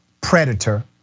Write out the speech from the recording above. predator